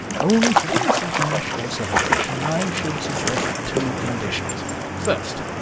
only for any such national celebration i should suggest two conditions first,